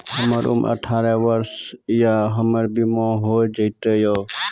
हमर उम्र बासठ वर्ष या हमर बीमा हो जाता यो?